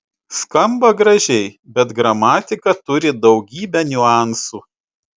skamba gražiai bet gramatika turi daugybę niuansų